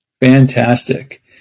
Fantastic